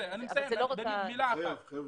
אני חייב לסיים את הישיבה, חייב, חבר'ה.